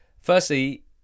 Firstly